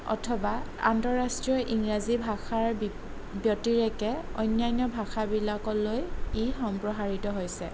অথবা আন্তঃৰাষ্ট্ৰীয় ইংৰাজী ভাষাৰ বি ব্যতিৰেকে অন্যান্য ভাষাবিলাকলৈ ই সম্প্ৰসাৰিত হৈছে